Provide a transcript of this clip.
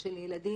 של ילדים,